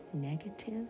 negative